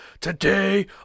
Today